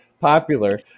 popular